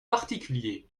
particuliers